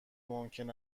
ممکن